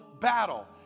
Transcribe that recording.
battle